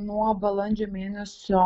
nuo balandžio mėnesio